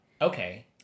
Okay